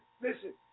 Listen